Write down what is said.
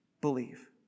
believe